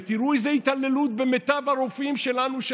ותראו איזה התעללות במיטב הרופאים שלנו,